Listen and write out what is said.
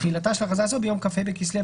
תחילתה של הכרזה זו מיום כ"ה בכסלו